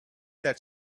that